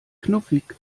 knuffig